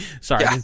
Sorry